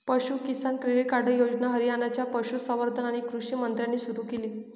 पशु किसान credit card योजना हरियाणाच्या पशुसंवर्धन आणि कृषी मंत्र्यांनी सुरू केली